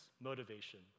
motivation